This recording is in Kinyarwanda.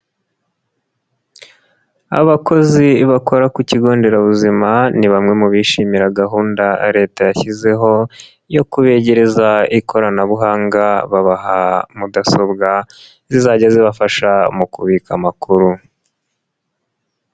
Abakozi bakora ku kigo nderabuzima ni bamwe mu bishimira gahunda Leta yashyizeho yo kubegereza ikoranabuhanga babaha mudasobwa zizajya zibafasha mu kubika amakuru.